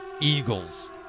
Eagles